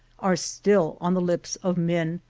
are still on the lips of men,